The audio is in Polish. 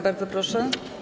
Bardzo proszę.